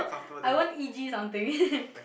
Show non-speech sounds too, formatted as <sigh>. I want e_g something <laughs>